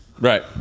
Right